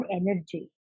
energy